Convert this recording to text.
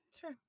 Sure